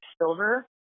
Silver